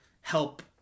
help